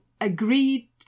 agreed